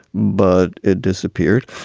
but it disappeared.